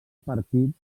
partit